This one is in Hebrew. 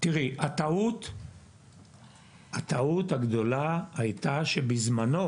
תראי, הטעות הגדולה הייתה שבזמנו